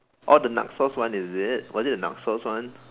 oh the naksos one is it was it the naksos one